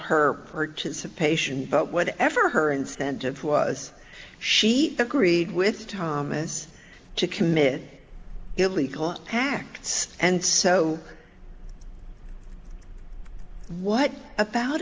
but whatever her incentive was she agreed with thomas to commit illegal acts and so what about